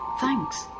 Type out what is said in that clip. thanks